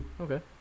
Okay